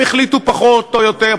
הם החליטו פחות או יותר,